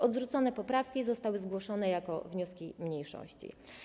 Odrzucone poprawki zostały zgłoszone jako wnioski mniejszości.